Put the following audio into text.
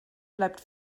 bleibt